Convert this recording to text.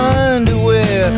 underwear